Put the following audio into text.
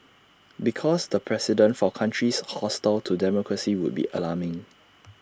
because the precedent for countries hostile to democracy would be alarming